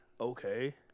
Okay